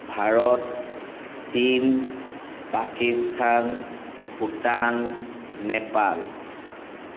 ভাৰত চীন পাকিস্তান ভূটান নেপাল